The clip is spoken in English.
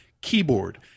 keyboard